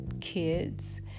kids